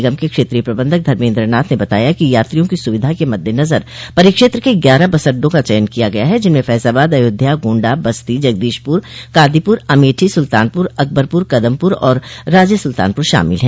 निगम के क्षेत्रीय प्रबंधक धर्मेन्द्र नाथ ने बताया कि यात्रियों की सुविधा के मद्देनज़र परिक्षेत्र के ग्यारह बस अड्डों का चयन किया गया है जिनमें फैज़ाबाद अयोध्या गोण्डा बस्ती जगदीशपुर कादीपुर अमेठी सुल्तानपुर अकबरपुर कदमपुर और राजेसुल्तानपुर शामिल हैं